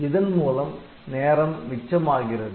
இதன் மூலம் நேரம் மிச்சமாகிறது